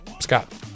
Scott